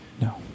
No